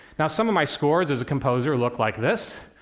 now, some of my scores as a composer look like this,